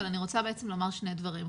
אבל אני רוצה לומר שני דברים.